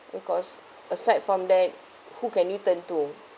because aside from that who can you turn to